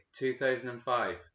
2005